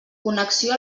connexió